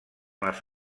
les